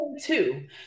two